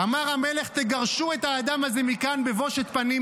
אמר המלך: תגרשו את האדם הזה מכאן בבושת פנים,